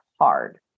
hard